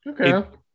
Okay